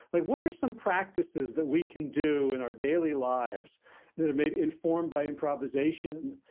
like, what are some practices that we can do in our daily lives, that are maybe informed by improvisation,